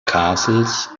castles